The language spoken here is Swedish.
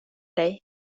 dig